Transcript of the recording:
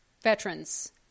veterans